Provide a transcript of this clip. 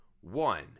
one